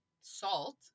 salt